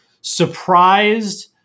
surprised